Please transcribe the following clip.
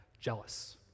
jealous